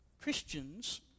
Christians